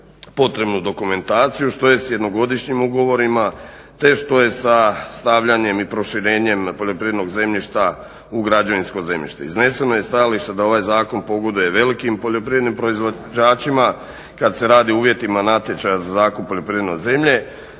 potrebnu dokumentaciju, što je s jednogodišnjim ugovorima, te što je sa stavljanjem i proširenjem na poljoprivrednog zemljišta u građevinsko zemljište. Izneseno je stajalište da ovaj zakon pogoduje velikim poljoprivrednim proizvođačima kad se radi o uvjetima natječaja za zakup poljoprivredne zemlje